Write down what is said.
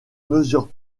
mesures